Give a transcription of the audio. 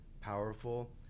powerful